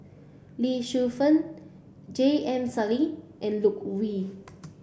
Lee Shu Fen J M Sali and Loke Yew